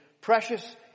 precious